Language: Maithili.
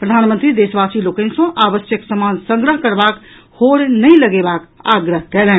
प्रधानमंत्री देशवासी लोकनि सॅ आवश्यक समान संग्रह करबाक होड़ नहिं लगेबाक आग्रह कयलनि